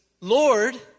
Lord